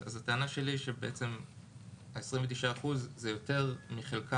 ולכן הטענה שלי היא שלמעשה ה-29% זה יותר מחלקם היחסי.